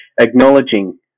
acknowledging